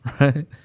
Right